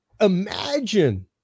imagine